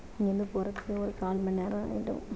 இங்கேருந்து போகறதுக்கு ஒரு கால்மண் நேரம் ஆயிடும்